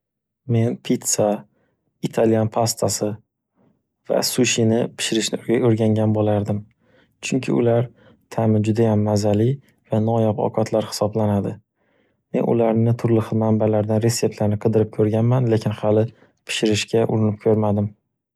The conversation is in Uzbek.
Men pizza, italyan pastasi va sushini pishirishni o'rgangan bo'lardim. Chunki ular taʼmi judayam mazali va noyob ovqatlar hisoblanadi. Men ularni turli xil manbaalardan retseptlarni qidirib ko'rganman, lekin hali pishirishga urinib ko'rmadim.